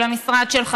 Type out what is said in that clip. ולמשרד שלך.